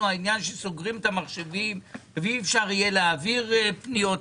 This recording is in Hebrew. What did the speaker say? זה שסוגרים את המחשבים ואי אפשר יהיה להעביר פניות?